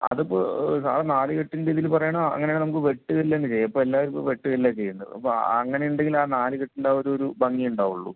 അതിപ്പോൾ സാർ നാലുകെട്ടിൻ്റെ ഇതില് പറയണോ അങ്ങനെയാണേ നമുക്ക് വെട്ടുകല്ല് തന്നെ ചെയ്യാം ഇപ്പോൾ എല്ലായിടത്തും വെട്ടുകല്ലാ ചെയ്യുന്നത് അപ്പോൾ അങ്ങനെയുണ്ടെങ്കിലേ ആ നാലുകെട്ടില് ആ ഒരു ഒരു ഭംഗിയുണ്ടാവുള്ളൂ